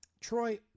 Troy